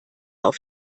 auf